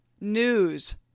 news